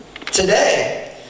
today